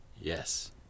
Yes